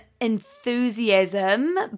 enthusiasm